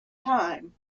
time